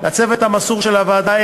לצוות המסור של הוועדה,